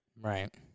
Right